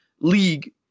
league